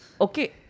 Okay